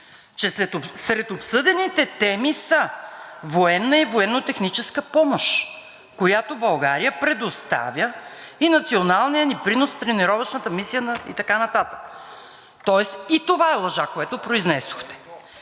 че сред обсъдените теми са военна и военно-техническа помощ, която България предоставя и националният ни принос в тренировъчната мисия и така нататък. Тоест, и това е лъжа, което произнесохте.